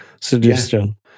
suggestion